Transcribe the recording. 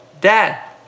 Dad